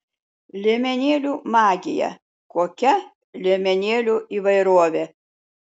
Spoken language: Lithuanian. liemenėlių magija kokia liemenėlių įvairovė